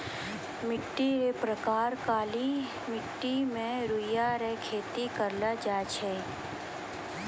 मिट्टी रो प्रकार काली मट्टी मे रुइया रो खेती करलो जाय छै